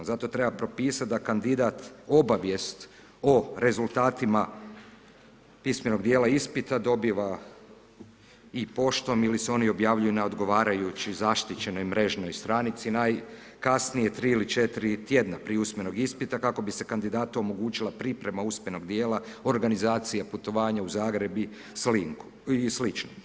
Zato treba propisati da kandidat obavijest o rezultatima pismenog dijela ispita dobiva i poštom ili se oni objavljuju na odgovarajućoj zaštićenoj mrežnoj stranici najkasnije 3 ili 4 tjedna prije usmenog ispita kako bi se kandidatu omogućila priprema usmenog dijela, organizacija putovanja u Zagreb i slično.